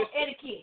etiquette